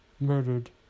murdered